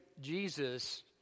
Jesus